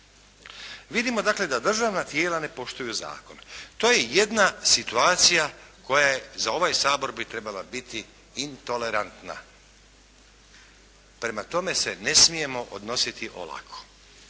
Vidimo dakle da državna tijela ne poštuju zakon. To je jedna situacija koja za ovaj Sabor bi trebala biti intolerantna. Prema tome se ne smijemo odnositi olako.